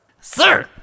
Sir